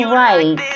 right